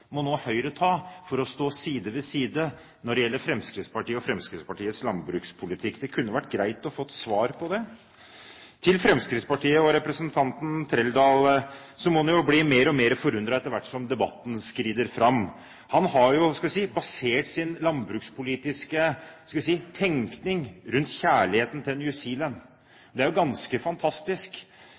må Høyre nå ta for å stå side ved side når det gjelder Fremskrittspartiet og Fremskrittspartiets landbrukspolitikk? Det kunne vært greit å få svar på det. Til Fremskrittspartiet og representanten Trældal: Man må jo bli mer og mer forundret etter hvert som debatten skrider fram. Han har jo, skal vi si, basert sin landbrukspolitiske tenkning rundt kjærligheten til New Zealand – det er jo ganske fantastisk